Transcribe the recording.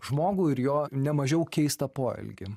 žmogų ir jo nemažiau keistą poelgį